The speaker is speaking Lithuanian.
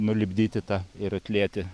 nulipdyti tą ir atlieti